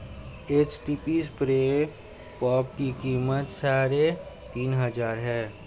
HTP spray pump की कीमत साढ़े तीन हजार है